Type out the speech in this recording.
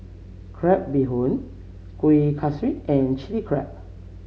Crab Bee Hoon Kueh Kaswi and Chili Crab